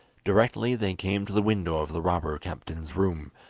directly they came to the window of the robber captain's room,